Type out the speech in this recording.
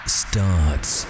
starts